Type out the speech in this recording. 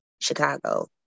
Chicago